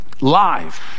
Live